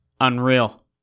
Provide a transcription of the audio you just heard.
Unreal